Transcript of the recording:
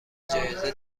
جایزه